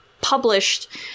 published